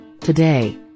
Today